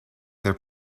their